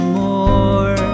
more